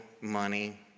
money